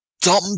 dumb